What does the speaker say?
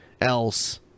else